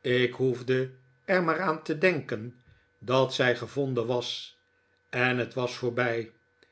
ik hoefde er maar aan te denken dat zij gevonden was en het was voorbij